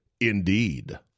Indeed